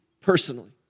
personally